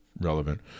relevant